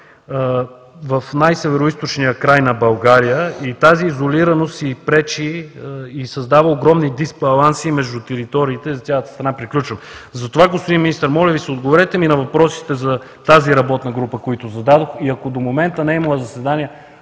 в най-североизточния край на България и тази изолираност й пречи, и създава огромни дисбаланси между териториите за цялата страна. Приключвам. Затова, господин Министър, моля Ви, отговорете ми на въпросите, които зададох за тази работна група и, ако до момента не е имала заседания,